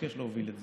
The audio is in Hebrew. שביקש להוביל את זה,